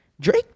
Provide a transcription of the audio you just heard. Drake